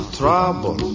trouble